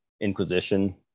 Inquisition